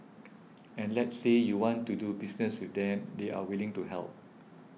and let's say you want to do business with them they're willing to help